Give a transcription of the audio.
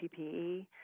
PPE